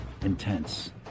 Intense